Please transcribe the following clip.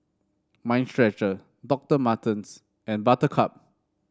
Mind Stretcher Doctor Martens and Buttercup